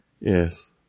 Yes